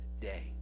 today